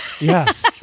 Yes